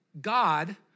God